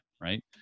Right